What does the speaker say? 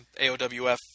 AOWF